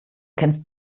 kennst